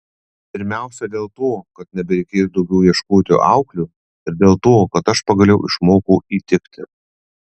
pirmiausia dėl to kad nebereikės daugiau ieškoti auklių ir dėl to kad aš pagaliau išmokau įtikti